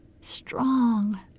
strong